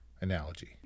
analogy